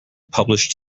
published